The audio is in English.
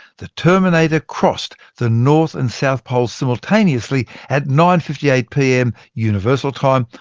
the terminator crossed the north and south poles simultaneously at nine. fifty eight pm, universal time,